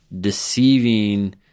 deceiving